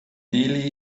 delhi